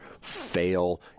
fail